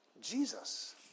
Jesus